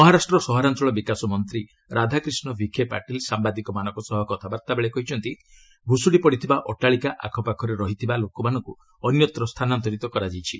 ମହାରାଷ୍ଟ୍ର ସହରାଞ୍ଚଳ ବିକାଶ ମନ୍ତ୍ରୀ ରାଧାକ୍ରିଷ୍ଣ ବିଖେ ପାଟିଲ୍ ସାମ୍ବାଦିକମାନଙ୍କ ସହ କଥାବାର୍ତ୍ତା କହିଛନ୍ତି ଭୁଶୁଡ଼ି ପଡ଼ିଥିବା ଅଟ୍ଟାଳିକା ଆଝପାଖରେ ରହିଥିବା ଲୋକମାନଙ୍କୁ ଅନ୍ୟତ୍ର ସ୍ଥାନାନ୍ତରିତ କରାଯାଇଛି